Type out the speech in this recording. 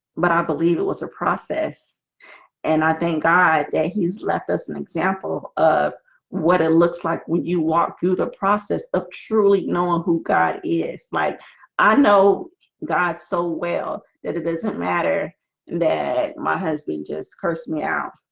but i believe it was a process and i thank god that he's left us an example of what it looks like when you walk through the process of truly knowing who god is like i know god so well that it doesn't matter that my husband just cursed me out.